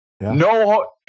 No